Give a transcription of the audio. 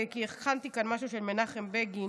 כי הכנתי כאן משהו של מנחם בגין,